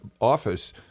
office